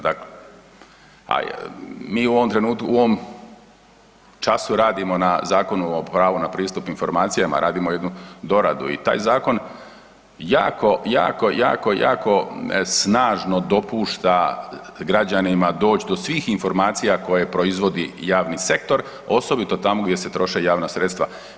Dakle, mi u ovom času radimo na Zakonu o pravu na pristup informacijama, radimo jednu doradu i taj zakon jako, jako, jako, jako snažno dopušta građanima doć do svih informacija koje proizvodi javni sektor, osobito tamo gdje se troše javna sredstva.